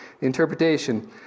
interpretation